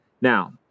now